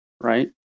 right